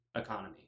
economy